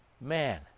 man